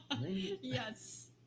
Yes